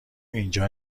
اینجا